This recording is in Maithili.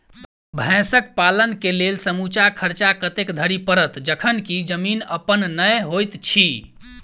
भैंसक पालन केँ लेल समूचा खर्चा कतेक धरि पड़त? जखन की जमीन अप्पन नै होइत छी